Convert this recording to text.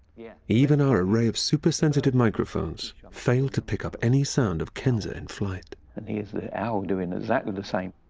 yeah even our array of super sensitive microphones failed to pick up any sound of kenza in flight. and here's the owl doing exactly the same.